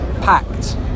Packed